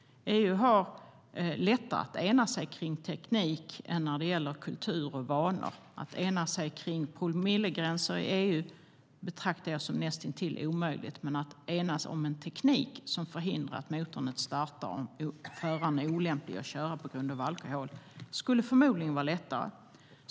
EU har lättare att ena sig om teknik än om kultur och vanor. Att ena sig om promillegränser i EU betraktar jag som näst intill omöjligt, men att enas om en teknik som förhindrar att motorn startar om föraren är olämplig att köra på grund av alkohol skulle förmodligen vara lättare.